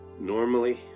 Normally